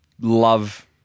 love